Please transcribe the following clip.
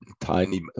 tiny